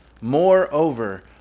Moreover